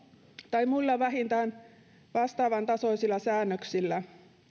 tai muilla vähintään vastaavantasoisilla säännöksillä